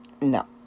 No